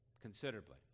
considerably